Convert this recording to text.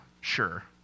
sure